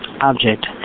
object